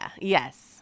yes